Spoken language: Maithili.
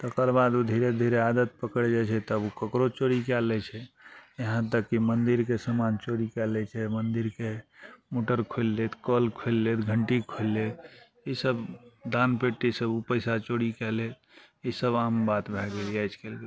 तकर बाद उ धीरे धीरे आदत पकड़ि जाइ छै तब उ ककरो चोरी कए लै छै यहाँ तक कि मन्दिरके सामान चोरी कए लै छै मन्दिरके मोटर खोलि लेत कल खोलि लेत घण्टी खोलि लेत ईसब दान पेटीसँ पैसा चोरी कए ले ईसब आम बात भए गेलय आज कल